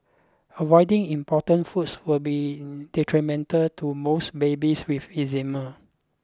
avoiding important foods will be detrimental to most babies with eczema